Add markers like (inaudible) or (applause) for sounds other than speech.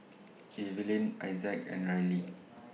(noise) Eveline Isaak and Rylie